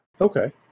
Okay